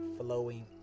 flowing